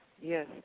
yes